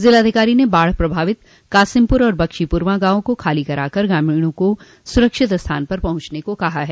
जिलाधिकारी ने बाढ़ प्रभावित कासिमपुर और बख्शीप्रवां गांवों को खाली कराकर ग्रामीणों को सुरक्षित स्थानों पर पहुंचने को कहा है